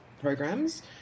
programs